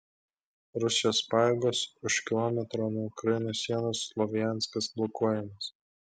rusijos pajėgos už kilometro nuo ukrainos sienos slovjanskas blokuojamas